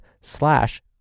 slash